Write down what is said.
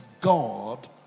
God